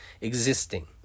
existing